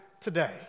today